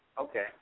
Okay